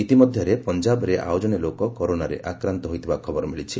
ଇତିମଧ୍ୟରେ ପଞ୍ଜାବରେ ଆଉ ଜଣେ ଲୋକ କରୋନାରେ ଆକ୍ରାନ୍ତ ହୋଇଥିବା ଖବର ମିଳିଛି